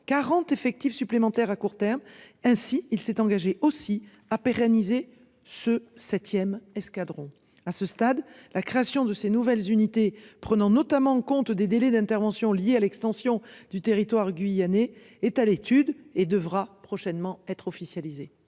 40 effectifs supplémentaires à court terme. Ainsi, il s'est engagé aussi à pérenniser ce 7ème escadron à ce stade, la création de ces nouvelles unités prenant notamment en compte des délais d'interventions liées à l'extension du territoire guyanais est à l'étude et devra prochainement être officialisée.